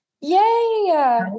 yay